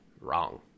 wrong